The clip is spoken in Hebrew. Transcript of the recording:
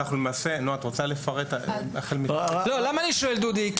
למה אני שואל דודי?